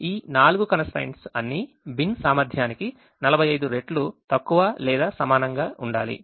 ఈ 4 constraints అన్నీ bin సామర్థ్యానికి 45 రెట్లు తక్కువ లేదా సమానంగా ఉండాలి